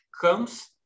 comes